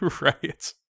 Right